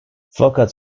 fakat